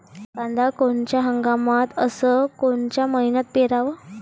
कांद्या कोनच्या हंगामात अस कोनच्या मईन्यात पेरावं?